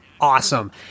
awesome